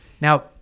now